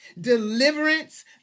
deliverance